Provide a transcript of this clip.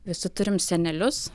visi turim senelius